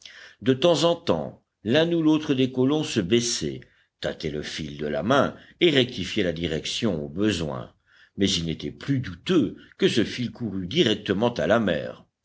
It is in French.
de temps en temps l'un ou l'autre des colons se baissait tâtait le fil de la main et rectifiait la direction au besoin mais il n'était plus douteux que ce fil courût directement à la mer